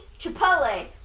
Chipotle